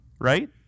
Right